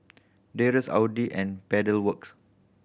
Dreyers Audi and Pedal Works